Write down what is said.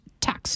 taxes